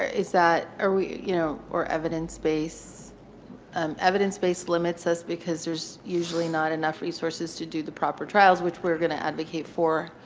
is that are we you know, or evidence-based. um evidence-based limits us because there's usually not enough resources to do the proper trials, which we're going to advocate for.